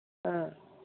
ꯑꯥ